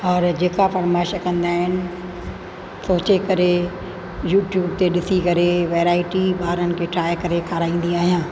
ॿार जेका फरमाइश कंदा आहिनि सोचे करे यूट्यूब ते ॾिसी करे वेराइटी ॿारनि खे ठहाराए करे खाराईंदी आहियां